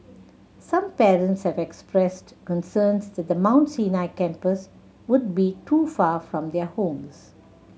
some parents have expressed concerns that the Mount Sinai campus would be too far from their homes